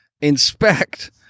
inspect